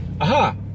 Aha